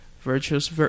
virtuous